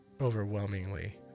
overwhelmingly